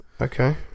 Okay